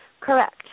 Correct